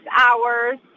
hours